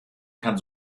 kann